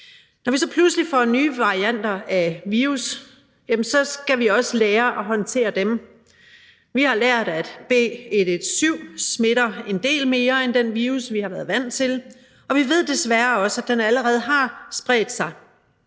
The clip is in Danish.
Når vi så pludselig får nye varianter af virus, skal vi også lære at håndtere dem. Vi har lært, at B117 smitter en del mere end den virusvariant, vi har været vant til, og vi ved desværre også, at den allerede har spredt sig.